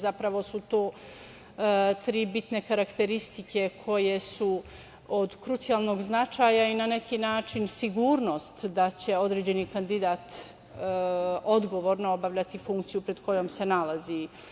Zapravo su to tri bitne karakteristike koje su od krucijalnog značaja i na neki način sigurnost da će određeni kandidat odgovorno obavljati funkciju pred kojom se nalazi.